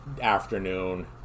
afternoon